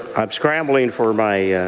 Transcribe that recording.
i'm scrambling for my.